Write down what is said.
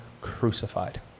crucified